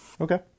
Okay